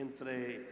Entre